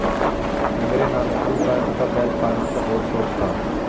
मेरे नाना जी को गाय तथा बैल पालन का बहुत शौक था